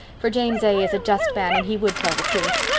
for james a. is a just man and he would tell the truth.